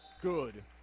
Good